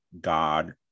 god